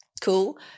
Cool